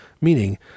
meaning